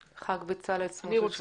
תודה, חבר הכנסת סמוטריץ', בבקשה.